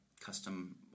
custom